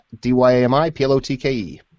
D-Y-A-M-I-P-L-O-T-K-E